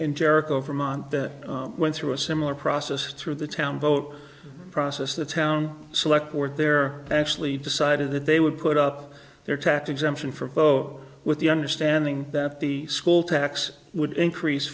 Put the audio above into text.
in jericho vermont that went through a similar process through the town vote process the town select board there actually decided that they would put up their tax exemption for bow with the understanding that the school tax would increase